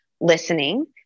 listening